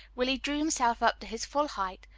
willie drew himself up to his full height,